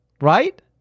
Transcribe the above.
Right